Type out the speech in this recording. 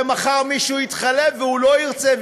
מחר מישהו יתחלף והוא לא ירצה,